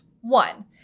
One